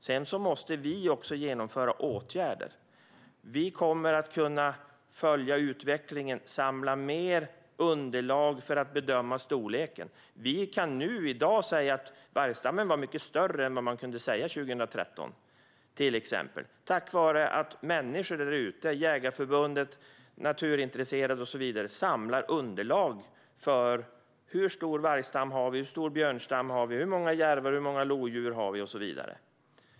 Sedan måste vi också genomföra åtgärder. Vi kommer att kunna följa utvecklingen och samla mer underlag för att bedöma storleken. Vi kan nu i dag säga att vargstammen var mycket större än vad man kunde säga 2013, till exempel, tack vare att människor där ute - Jägareförbundet, naturintresserade och så vidare - samlar underlag för hur stor vargstam, hur stor björnstam, hur många järvar, hur många lodjur vi har och så vidare.